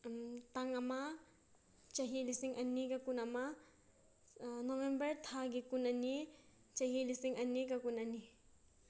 ꯇꯥꯡ ꯑꯃ ꯆꯍꯤ ꯂꯤꯁꯤꯡ ꯑꯅꯤꯒ ꯀꯨꯟ ꯑꯃ ꯅꯣꯕꯦꯝꯕꯔ ꯊꯥꯒꯤ ꯀꯨꯟ ꯑꯅꯤ ꯆꯍꯤ ꯂꯤꯁꯤꯡ ꯑꯅꯤꯒ ꯀꯨꯟ ꯑꯅꯤ